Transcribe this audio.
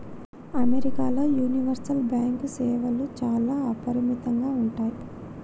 అమెరికాల universal bank సేవలు చాలా అపరిమితంగా ఉంటయ్